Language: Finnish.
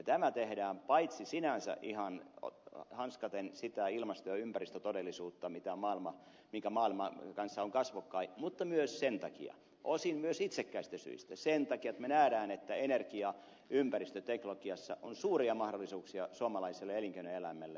tämä tehdään paitsi sinänsä ihan hanskaten sitä ilmasto ja ympäristötodellisuutta minkä kanssa maailma on kasvokkain mutta osin myös itsekkäistä syistä sen takia että me näemme että energia ja ympäristöteknologiassa on suuria mahdollisuuksia suomalaiselle elinkeinoelämälle